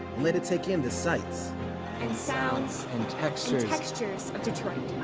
let it take in the sights and sounds and textures textures of detroit.